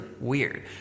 weird